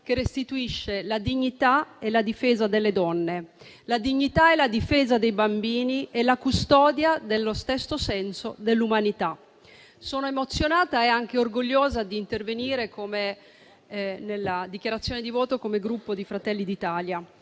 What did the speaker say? che restituisce la dignità e la difesa delle donne, la dignità e la difesa dei bambini e la custodia dello stesso senso dell'umanità. Sono emozionata e anche orgogliosa di intervenire in dichiarazione di voto, a nome del Gruppo Fratelli d'Italia.